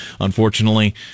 Unfortunately